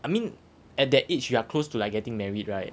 I mean at that age you are close to like getting married right